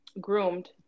groomed